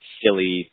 silly